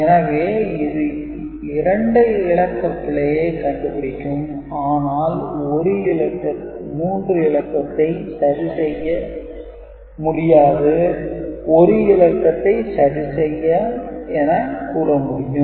எனவே இது 2 இலக்க பிழையை கண்டுபிடிக்கும் ஆனால் ஒரு இலக்கத்தை சரி செய்யும் என கூற முடியும்